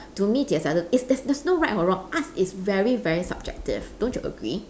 to me there's other is there's there's no right or wrong arts is very very subjective don't you agree